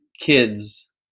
kids